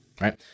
right